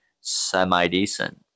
semi-decent